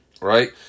Right